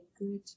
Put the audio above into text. good